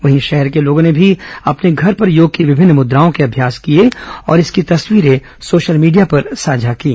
वहीं शहर के लोगों ने भी अपने घर पर योग की विभिन्न मुद्राओं का अम्यास किया और इसकी तस्वीरें सोशल मीडिया पर साझा कीं